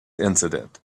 incident